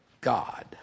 God